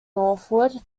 northward